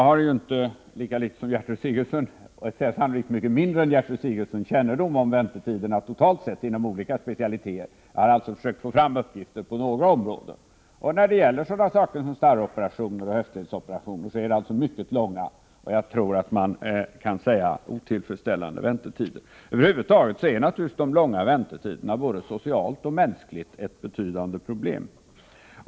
Herr talman! Jag har sannolikt mycket sämre kännedom om väntetiderna totalt sett inom olika specialiteter än Gertrud Sigurdsen. Jag har försökt få fram uppgifter på några områden. När det gäller sådana saker som starroperationer och höftledsoperationer är det alltså mycket långa — och jag tror man kan säga otillfredsställande — väntetider. Över huvud taget är naturligtvis de långa väntetiderna både socialt och mänskligt ett betydande problem.